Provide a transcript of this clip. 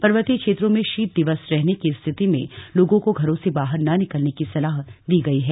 पर्वतीय क्षेत्रों में शीत दिवस रहने की स्थिति में लोगों को घरों से बाहर न निकलने की सलाह दी गई है